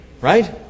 Right